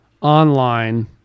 online